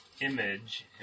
image